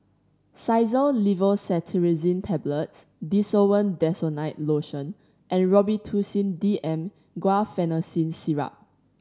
Xyzal Levocetirizine Tablets Desowen Desonide Lotion and Robitussin D M Guaiphenesin Syrup